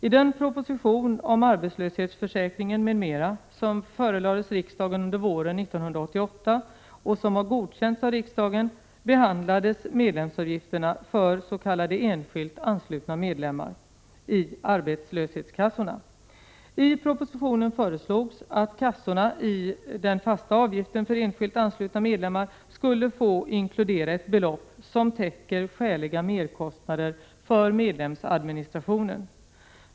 I den proposition om arbetslöshetsförsäkringen m.m. som förelades riksdagen under våren 1988, och som har godkänts av riksdagen , behandlades medlemsavgifterna för s.k. enskilt anslutna medlemmar i arbetslöshetskassorna. I propositionen föreslogs att kassorna i den fasta avgiften för enskilt anslutna medlemmar skall få inkludera ett belopp som täcker skäliga merkostnader för medlemsadministrationen.